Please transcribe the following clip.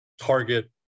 Target